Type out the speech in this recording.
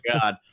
God